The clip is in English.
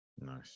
nice